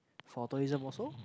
for tourism also